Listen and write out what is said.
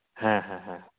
ᱦᱮᱸ ᱦᱮᱸ ᱦᱮᱸ ᱦᱮᱸ